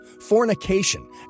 fornication